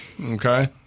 Okay